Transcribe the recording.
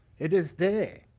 it is there.